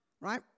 right